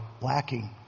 lacking